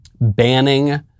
banning